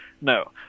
No